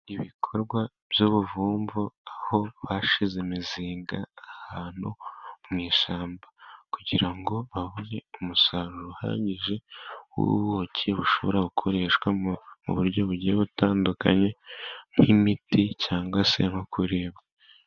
Ibikorwa by'ubuvumvu, aho bashyize imizinga ahantu mu ishyamba, kugira ngo babone umusaruro uhagije w'ubuki, bushobora gukoreshwamo mu buryo bugiye butandukanye, nk'imiti cyangwa se nko kuribwa.